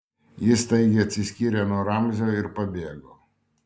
ji staigiai atsiskyrė nuo ramzio ir pabėgo